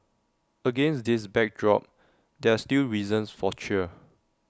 against this backdrop there are still reasons for cheer